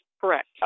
correct